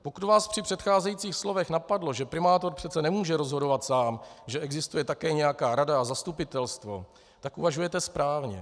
Pokud vás při předcházejících slovech napadlo, že primátor přece nemůže rozhodovat sám, že existuje také nějaká rada a zastupitelstvo, tak uvažujete správně.